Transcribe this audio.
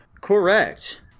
Correct